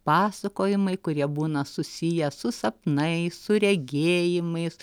pasakojimai kurie būna susiję su sapnais su regėjimais